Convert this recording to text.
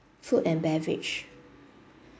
food and beverage